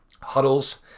huddles